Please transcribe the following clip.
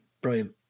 brilliant